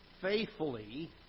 faithfully